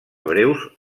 breus